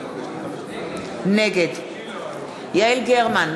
נגד יעל גרמן,